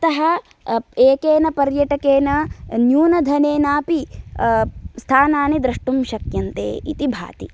अतः एकेन पर्यटकेन न्यून धनेनापि स्थानानि द्रष्टुं शक्यन्ते इति भाति